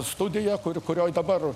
studiją kuri kurioje dabar